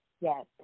Yes